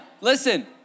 Listen